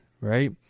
right